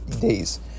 days